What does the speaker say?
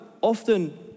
often